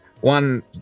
one